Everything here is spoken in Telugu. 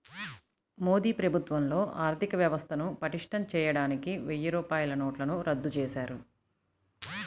మోదీ ప్రభుత్వంలో ఆర్ధికవ్యవస్థను పటిష్టం చేయడానికి వెయ్యి రూపాయల నోట్లను రద్దు చేశారు